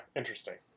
interesting